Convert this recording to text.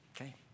Okay